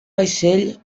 vaixell